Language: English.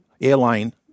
airline